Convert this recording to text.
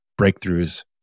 breakthroughs